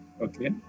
Okay